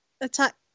attack